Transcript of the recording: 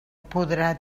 podrà